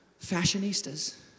fashionistas